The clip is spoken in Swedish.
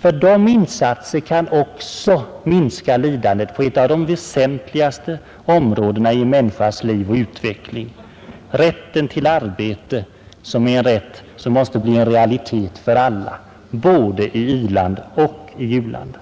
För de insatserna kan också minska lidandet på ett av de mest väsentliga områdena i en människas liv och utveckling: rätten till arbete. Den rätten måste bli en realitet för alla, både i i-land och u-land. Herr talman!